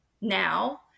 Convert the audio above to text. now